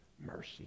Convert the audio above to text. Mercy